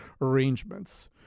arrangements